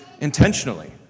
intentionally